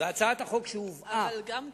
בהצעת החוק שהובאה, אבל גם כאן,